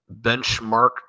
benchmark